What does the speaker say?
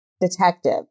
detective